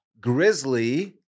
grizzly